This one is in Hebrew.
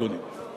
אדוני.